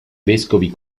vescovi